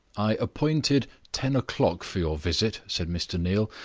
i appointed ten o'clock for your visit, said mr. neal.